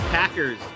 Packers